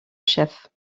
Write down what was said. chef